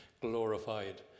glorified